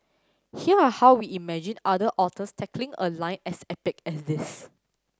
here are how we imagined other authors tackling a line as epic as this